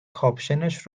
کاپشنش